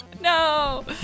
No